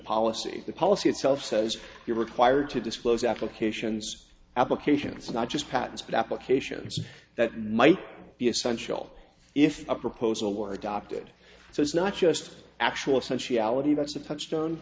policy the policy itself says you are required to disclose applications applications not just patterns but applications that might be essential if a proposal were adopted so it's not just actual sensuality bouts of touch